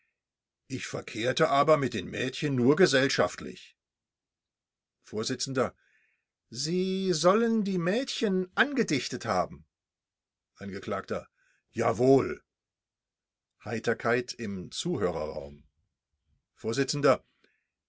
ich verkehrte aber mit den mädchen nur gesellschaftlich vors sie sollen die mädchen angedichtet haben angekl jawohl